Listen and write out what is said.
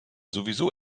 sowieso